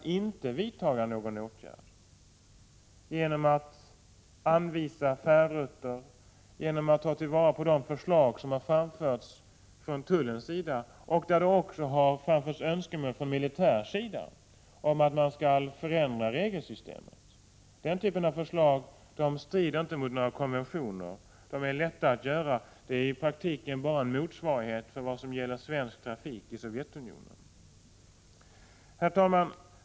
1986/87:130 genom att anvisa färdrutter eller genom att ta vara på de förslag som 25 maj 1987 framförts från tullverket? Det har också från militärt håll framförts förslag om att ändra regelsystemet. Sådana åtgärder strider inte mot några konventioner, de är lätta att vidta och är i praktiken bara en motsvarighet till vad som gäller för svensk trafik i Sovjetunionen. Herr talman!